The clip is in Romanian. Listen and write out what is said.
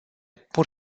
pur